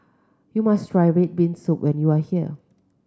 you must try red bean soup when you are here